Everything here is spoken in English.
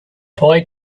boy